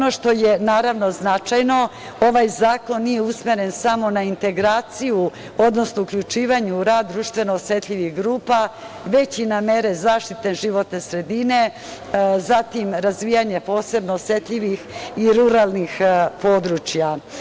Ono što je značajno, ovaj zakon nije usmeren samo na integraciju, odnosno uključivanje u rad društveno osetljivih grupa, već i na mere zaštite životne sredine, zatim razvijanje posebno osetljivih i ruralnih područja.